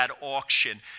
auction